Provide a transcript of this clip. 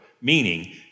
Meaning